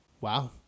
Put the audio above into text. Wow